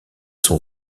son